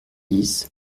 dix